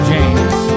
James